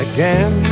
Again